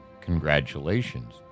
Congratulations